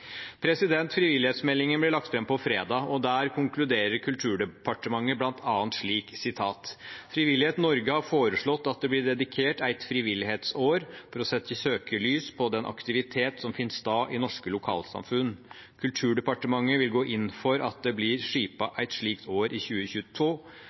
Frivillighetsmeldingen ble lagt fram på fredag, og der konkluderer Kulturdepartementet bl.a. slik: «Frivillighet Norge har foreslått at det blir dedikert eit frivilligheitsår for å setje søkjelys på all den aktiviteten som finn stad i norske lokalsamfunn. Kulturdepartementet vil gå inn for at det blir